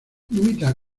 limita